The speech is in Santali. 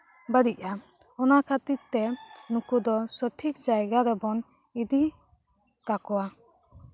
ᱵᱟᱹᱲᱤᱡᱼᱟ ᱚᱱᱟ ᱠᱷᱟᱹᱛᱤᱨ ᱛᱮ ᱱᱩᱠᱩ ᱫᱚ ᱥᱚᱴᱷᱤᱠ ᱡᱟᱭᱜᱟ ᱨᱮᱵᱚᱱ ᱤᱫᱤ ᱠᱟᱠᱚᱣᱟ